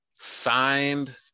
signed